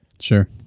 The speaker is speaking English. Sure